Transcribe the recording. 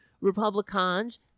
Republicans